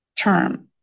term